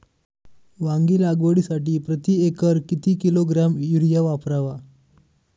वांगी लागवडीसाठी प्रती एकर किती किलोग्रॅम युरिया वापरावा?